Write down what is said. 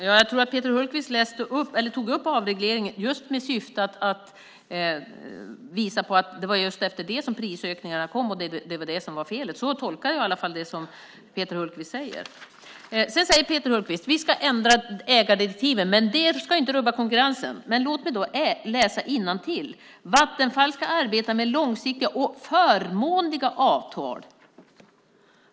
Herr talman! Peter Hultqvist tog upp avregleringen med syfte att visa på att det var efter det som prisökningarna kom och att det var vad som var felet. Så tolkar i varje fall jag det som Peter Hultqvist säger. Vi ska ändra ägardirektivet, säger Peter Hultqvist, men det ska inte rubba konkurrensen. Låt mig läsa innantill: Vattenfall ska arbeta med långsiktiga och förmånliga avtal.